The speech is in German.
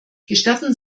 gestatten